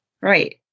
Right